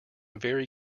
very